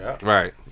Right